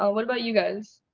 ah what about you guys?